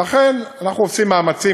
ולכן אנחנו עושים מאמצים,